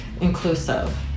inclusive